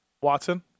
Watson